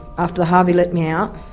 after harvey let me out.